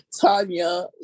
Tanya